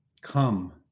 come